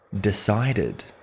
decided